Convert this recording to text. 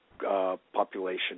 population